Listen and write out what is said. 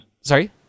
Sorry